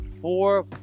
four